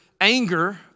anger